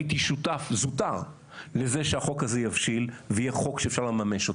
הייתי שותף זוטר לזה שהחוק הזה יבשיל ויהיה חוק שאפשר לממש אותו.